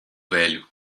velho